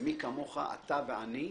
ומי כמוך, אתה ואני,